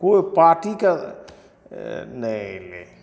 कोइ पार्टीके नहि अयलै